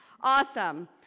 Awesome